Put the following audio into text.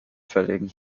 verlegen